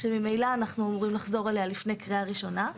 שממילא אנחנו אמורים לחזור אליה לפני קריאה ראשונה.